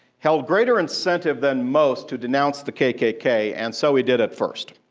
held greater incentive than most who denounced the kkk, and so, he did it first.